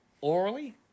Orally